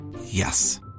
Yes